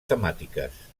temàtiques